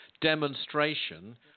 demonstration